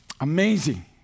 Amazing